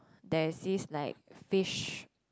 they seek like fish